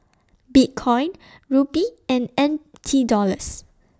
Bitcoin Rupee and N T Dollars